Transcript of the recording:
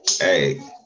Hey